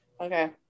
Okay